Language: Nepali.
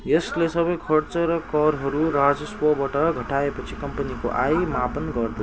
यसले सबै खर्च र करहरू राजस्वबाट घटाएपछि कम्पनीको आय मापन गर्दछ